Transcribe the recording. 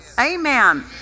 Amen